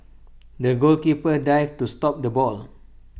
the goalkeeper dived to stop the ball